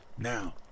Now